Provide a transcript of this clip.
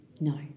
No